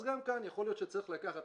אז גם כאן יכול להיות שצריך לקחת,